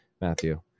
Matthew